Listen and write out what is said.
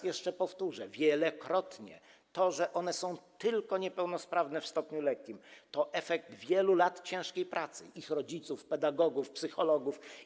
Jeszcze raz powtórzę: wielokrotnie to, że one są niepełnosprawne tylko w stopniu lekkim, to efekt wielu lat ciężkiej pracy ich rodziców, pedagogów, psychologów.